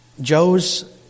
Joe's